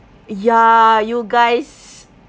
ya you guys